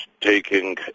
taking